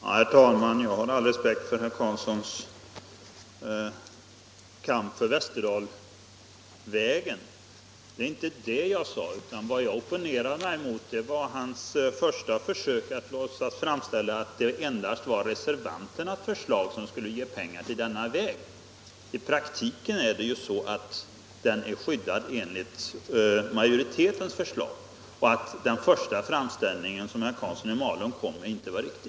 Herr talman! Jag har all respekt för herr Karlssons i Malung kamp för Västerdalsvägen, men det var inte den jag talade om. Vad jag opponerade mig emot var herr Karlssons försök att låtsas i sitt första anförande, som om det endast var reservanternas förslag som skulle kunna ge pengar till denna väg. I praktiken är det ju så att den är skyddad enligt majoritetens förslag och att den första framställningen som herr Karlsson i Malung kom med inte var riktig.